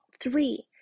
Three